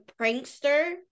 prankster